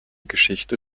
geschichte